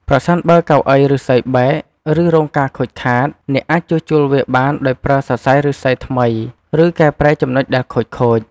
ប្រសិនបើកៅអីឫស្សីបែក ឬរងការខូចខាត អ្នកអាចជួសជុលវាបានដោយប្រើសរសៃឫស្សីថ្មីឬកែប្រែចំណុចដែលខូចៗ។